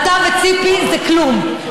אתה וציפי זה כלום.